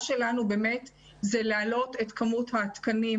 שלנו באמת זה להעלות את כמות התקנים,